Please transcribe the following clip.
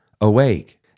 awake